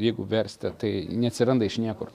jeigu versti tai neatsiranda iš niekur